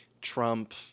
Trump